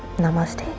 namaste.